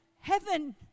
heaven